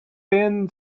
thin